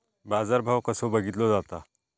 बाजार भाव कसो बघीतलो जाता?